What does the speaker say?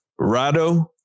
Rado